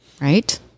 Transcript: Right